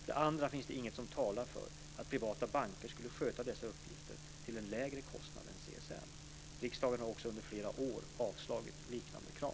För det andra finns det inget som talar för att privata banker skulle sköta dessa uppgifter till en lägre kostnad än CSN. Riksdagen har också under flera år avslagit liknande krav.